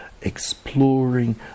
exploring